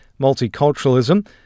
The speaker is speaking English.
multiculturalism